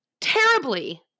terribly